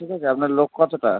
ঠিক আছে আপনার লোক কতোটা